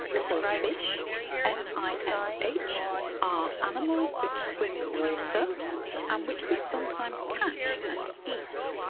so fish f i s h are animals which swim in water and which we sometimes catch and eat.